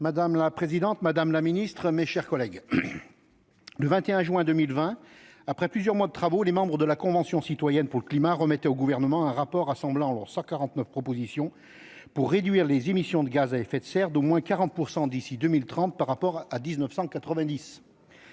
Madame la présidente, madame la secrétaire d'État, mes chers collègues, le 21 juin 2020, après plusieurs mois de travaux, les membres de la Convention citoyenne pour le climat remettaient au Gouvernement un rapport rassemblant leurs 149 propositions pour « réduire les émissions de gaz à effet de serre d'au moins 40 % d'ici 2030 par rapport à 1990